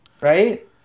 right